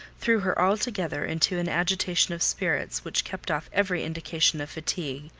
threw her altogether into an agitation of spirits which kept off every indication of fatigue,